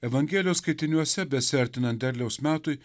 evangelijos skaitiniuose besiartinant derliaus metui